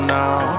now